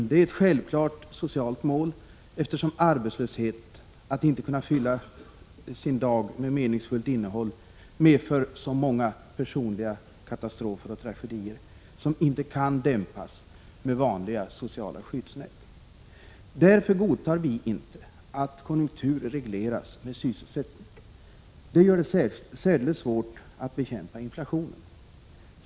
Det är ett självklart, socialt mål, eftersom arbetslöshet — detta att inte kunna fylla sin dag med meningsfullt innehåll — medför så många personliga katastrofer och tragedier som inte kan dämpas med vanliga, sociala skyddsnät. Därför godtar vi inte att konjunkturer regleras med sysselsättning. Det gör det särdeles svårt att bekämpa inflationen.